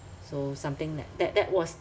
so something like that that was